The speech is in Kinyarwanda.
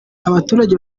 abaturage